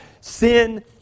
Sin